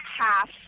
half